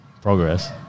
progress